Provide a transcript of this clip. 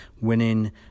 winning